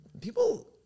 people